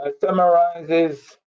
summarizes